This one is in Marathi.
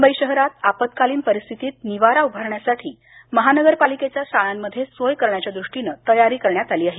मुंबई शहरात आपत्कालीन परिस्थितीत निवारा उभारण्यासाठी महानगरपालिकेच्या शाळांमध्ये सोय करण्याच्या दृष्टीने तयारी करण्यात आली आहे